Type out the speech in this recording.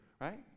right